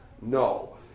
No